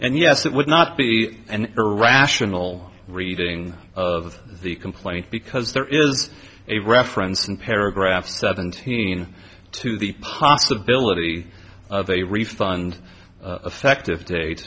and yes it would not be an irrational reading of the complaint because there is a reference in paragraph seventeen to the possibility of a refund effective date